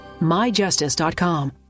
MyJustice.com